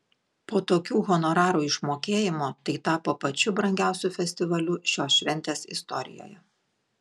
po tokių honorarų išmokėjimo tai tapo pačiu brangiausiu festivaliu šios šventės istorijoje